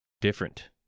different